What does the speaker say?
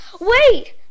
Wait